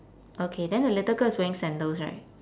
okay then the little girl is wearing sandals right